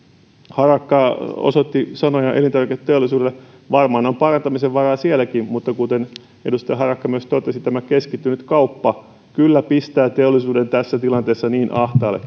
harakka osoitti sanoja elintarviketeollisuudelle varmaan on parantamisen varaa sielläkin mutta kuten edustaja harakka myös totesi keskittynyt kauppa kaksi erittäin suurta toimijaa kyllä pistää teollisuuden tässä tilanteessa niin ahtaalle